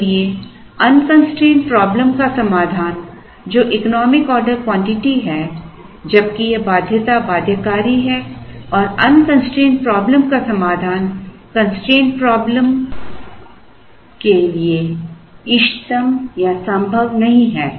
इसलिए unconstrained problem का समाधान जो इकोनॉमिक ऑर्डर क्वांटिटी है जबकि यह बाध्यता बाध्यकारी है और अनकंस्ट्रेंड प्रॉब्लम का समाधान कंस्ट्रेंड प्रॉब्लम लिए इष्टतम या संभव नहीं है